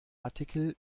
artikel